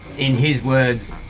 in his words,